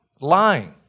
Lying